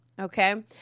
Okay